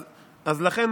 אז לכן,